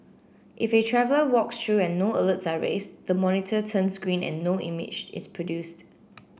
if a traveller walks through and no alerts are raised the monitor turns green and no image is produced